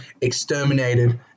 exterminated